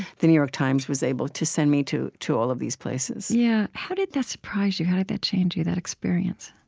the new york times was able to send me to to all of these places yeah how did that surprise you, how did that change you, that experience?